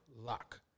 lock